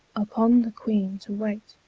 upon the queene to wait.